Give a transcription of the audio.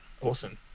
Awesome